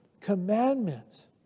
commandments